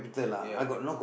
ya